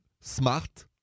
smart